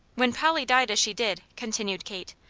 when polly died as she did, continued kate,